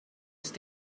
ist